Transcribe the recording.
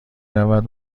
رود